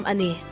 Ani